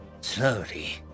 slowly